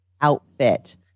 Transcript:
outfit